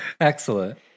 Excellent